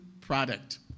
product